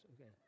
okay